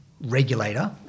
regulator